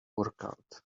workout